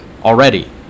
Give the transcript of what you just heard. already